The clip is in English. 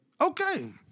Okay